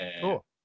Cool